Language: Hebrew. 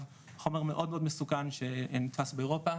חומר מאוד מאוד מסוכן שנתפס באירופה,